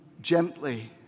gently